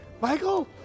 Michael